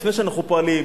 לפני שאנחנו פועלים,